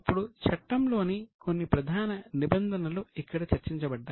ఇప్పుడు చట్టంలోని కొన్ని ప్రధాన నిబంధనలు ఇక్కడ చర్చించబడ్డాయి